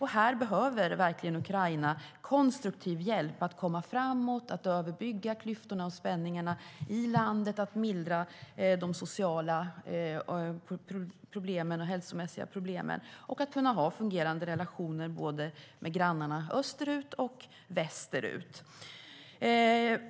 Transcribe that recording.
Här behöver verkligen Ukraina konstruktiv hjälp att komma framåt, att överbygga klyftorna och spänningarna i landet, att mildra de sociala och hälsomässiga problemen och att kunna ha fungerande relationer med både grannarna österut och västerut.